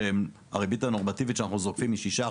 הריבית הנורמטיבית שאנחנו זוקפים היא 6%,